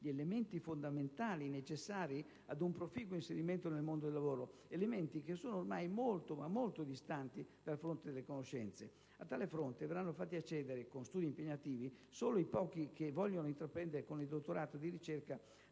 gli elementi fondamentali necessari ad un proficuo inserimento nel mondo del lavoro, elementi che sono ormai molto distanti dal fronte delle conoscenze. A tale fronte verranno fatti accedere con studi impegnativi solo i pochi che vogliono intraprendere con il dottorato di ricerca